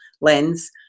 lens